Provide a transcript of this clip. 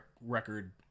record